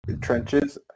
Trenches